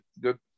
good